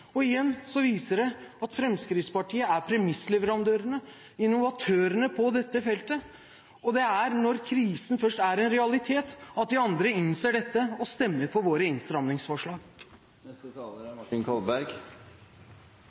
realitet. Igjen viser det at Fremskrittspartiet er premissleverandøren og innovatøren på dette feltet. Det er når krisen først er en realitet, at de andre innser dette og stemmer for våre innstramningsforslag.